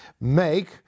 Make